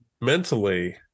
mentally